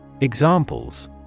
Examples